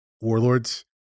warlords